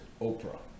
Oprah